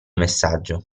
messaggio